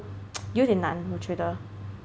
有点难我觉得